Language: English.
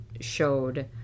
showed